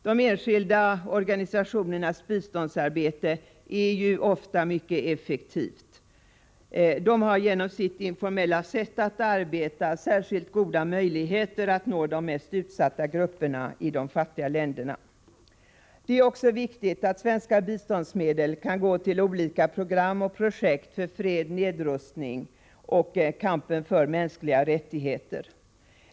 De enskilda organisationernas biståndsarbete är ju ofta mycket effektivt. De har genom sitt informella sätt att arbeta särskilt goda möjligheter att nå de mest utsatta grupperna i de fattiga länderna. Det är också viktigt att svenska biståndsmedel kan gå till olika program och projekt för fred, nedrustning och kampen för mänskliga rättigheter.